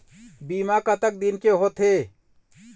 बीमा कतक दिन के होते?